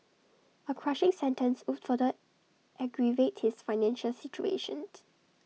A crushing sentence would further aggravate his financial situation